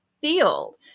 field